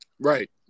Right